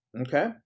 okay